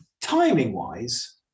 Timing-wise